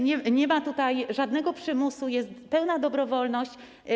Nie ma tutaj żadnego przymusu, jest pełna dobrowolność.